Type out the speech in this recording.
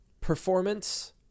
performance